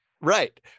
Right